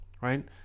right